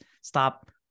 stop